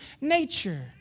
nature